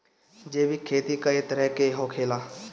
जैविक खेती कए तरह के होखेला?